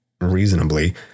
reasonably